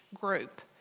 group